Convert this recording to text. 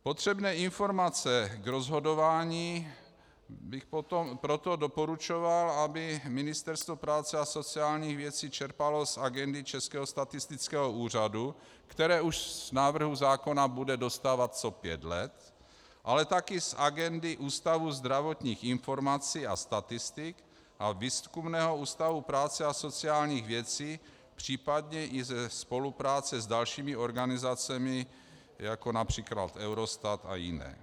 Potřebné informace k rozhodování bych proto doporučoval, aby Ministerstvo práce a sociálních věcí čerpalo z agendy Českého statistického úřadu, které už z návrhu zákona bude dostávat co pět let, ale také z agendy Ústavu zdravotních informací a statistik a Výzkumného ústavu práce a sociálních věcí, případně i ze spolupráce s dalšími organizacemi, jako například Eurostat a jiné.